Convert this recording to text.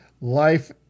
life